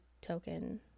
token